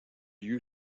lieu